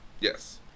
yes